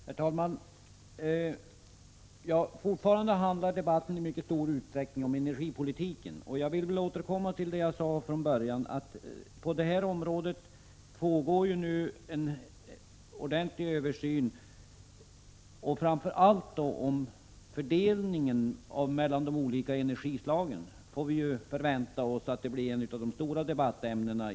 Herr talman! Fortfarande handlar debatten i mycket stor utsträckning om energipolitiken. Låt mig återkomma till vad jag sade i mitt anförande, nämligen att det pågår en ordentlig översyn på detta område. Vi kan förvänta oss att framför allt fördelningen mellan de olika energislagen blir ett av de stora debattämnena.